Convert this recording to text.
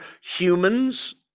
humans